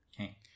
Okay